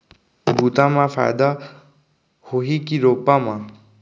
बुता म फायदा होही की रोपा म?